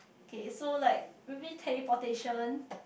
okay so like maybe teleportation